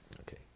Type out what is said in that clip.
Okay